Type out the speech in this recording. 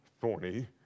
thorny